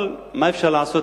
אבל מה אפשר לעשות?